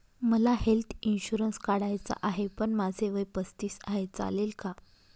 मला health insurance काढायचा आहे पण माझे वय पस्तीस आहे, चालेल का?